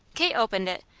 kate opened it,